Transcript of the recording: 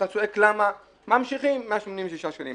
אתה צועק למה, ממשיכים 186 שקלים.